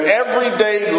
everyday